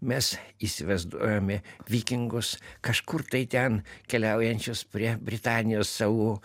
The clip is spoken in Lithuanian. mes įsivaizduojame vikingus kažkur tai ten keliaujančius prie britanijos salų